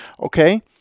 Okay